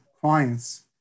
clients